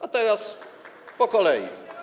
A teraz po kolei.